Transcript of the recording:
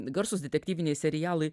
garsūs detektyviniai serialai